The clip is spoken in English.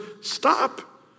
stop